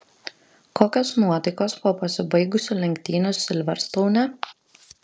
kokios nuotaikos po pasibaigusių lenktynių silverstoune